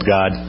God